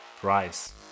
Price